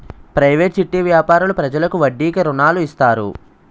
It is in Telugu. ప్రైవేటు చిట్టి వ్యాపారులు ప్రజలకు వడ్డీకి రుణాలు ఇస్తారు